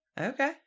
Okay